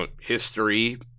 history